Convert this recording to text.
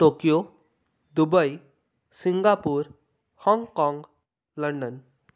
Tokyo Dubai Singapore Hong Kong London